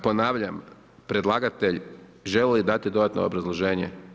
Ponavljam predlagatelj, želi li dati dodatno obrazloženje?